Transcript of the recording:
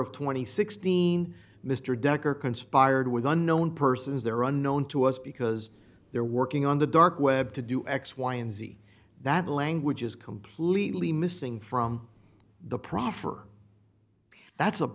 and sixteen mr decker conspired with unknown persons there unknown to us because they're working on the dark web to do x y and z that language is completely missing from the proffer that's